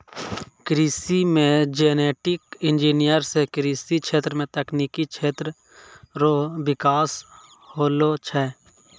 कृषि मे genetic engineer से कृषि क्षेत्र मे तकनिकी क्षेत्र रो बिकास होलो छै